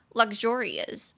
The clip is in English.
luxurious，